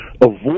avoid